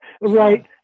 right